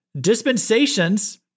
dispensations